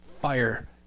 fire